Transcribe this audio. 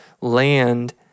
land